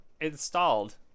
installed